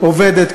עובדת.